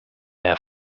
air